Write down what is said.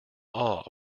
awe